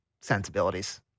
sensibilities